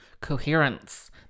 coherence